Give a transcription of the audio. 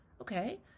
okay